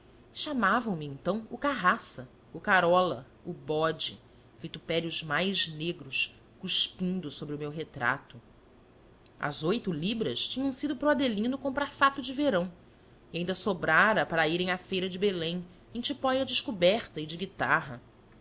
chamavam me então o carraça o carola o bode vitupérios mais negros cuspindo sobre o meu retrato as oito libras tinham sido para o adelino comprar fato de verão e ainda sobrara para irem à feira de belém em tipóia descoberta e de guitarra